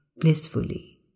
blissfully